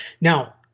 Now